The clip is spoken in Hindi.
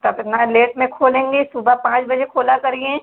तो आप इतना लेट में खोलेंगी सुबह पाँच बजे खोला करिए